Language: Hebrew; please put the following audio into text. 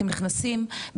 אתם נכנסים,